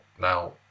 Now